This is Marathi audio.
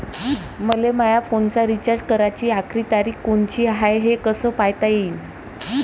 मले माया फोनचा रिचार्ज कराची आखरी तारीख कोनची हाय, हे कस पायता येईन?